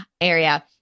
area